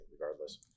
regardless